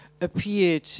appeared